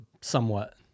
Somewhat